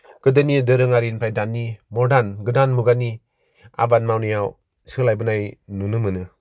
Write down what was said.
गोदोनि दोरोंआरिनिफ्राय दानि मदार्न गोदान मुगानि आबाद मावनायाव सोलाबोनाय नुनो मोनो